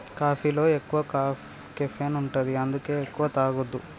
కాఫీలో ఎక్కువ కెఫీన్ ఉంటది అందుకే ఎక్కువ తాగొద్దు